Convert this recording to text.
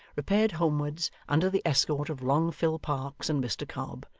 repaired homewards under the escort of long phil parkes and mr cobb,